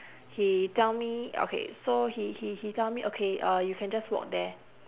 he tell me okay so he he he tell me okay uh you can just walk there